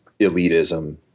elitism